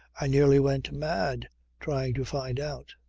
i nearly went mad trying to find out.